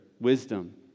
wisdom